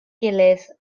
gilydd